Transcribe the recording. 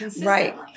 right